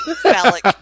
phallic